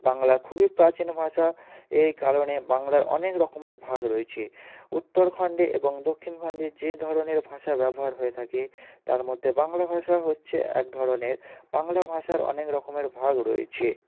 বাংলা খুবই প্রাচীন ভাষা এই কারণে বাংলার অনেক রকমের ভাগ রয়েছে উত্তরখন্ডে এবং দক্ষিণখন্ডে যে ধরনের ভাষা ব্যবহার হয়ে থাকে তার মধ্যে বাংলা ভাষা হচ্ছে এক ধরনের বাংলা ভাষার অনেক রকমের ভাগ রয়েছে